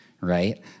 right